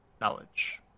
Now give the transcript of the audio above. knowledge